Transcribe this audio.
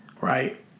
right